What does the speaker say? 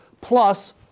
plus